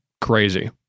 crazy